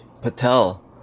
Patel